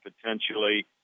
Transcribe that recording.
potentially